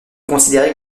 considérée